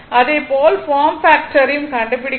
அதேபோல் form factor ஐயும் கண்டுபிடிக்க முடியும்